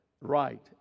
right